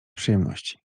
przyjemności